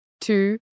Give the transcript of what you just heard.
two